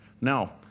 Now